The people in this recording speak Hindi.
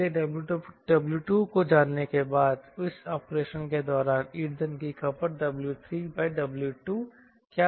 इसलिए 𝑊2 को जानने के बाद इस ऑपरेशन के दौरान ईंधन की खपत W3W2 क्या होगी